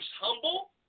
humble